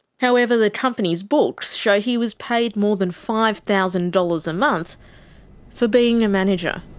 however, the company's books show he was paid more than five thousand dollars a month for being a manager.